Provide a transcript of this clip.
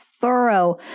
thorough